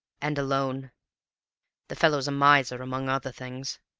and alone the fellow's a miser among other things.